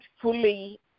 fully